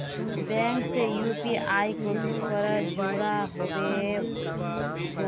Bank से UPI कुंसम करे जुड़ो होबे बो?